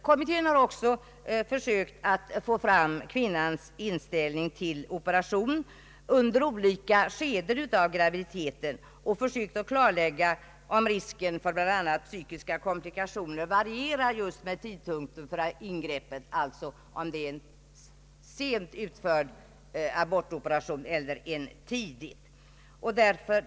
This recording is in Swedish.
Kommittén har också försökt få fram kvinnans inställning till operation under olika skeden av graviditeten och försökt klarlägga om risken för bl.a. psykiska komplikationer varierar just med tidpunkten för ingreppet, alltså om det är en sent eller tidigt utförd abortoperation.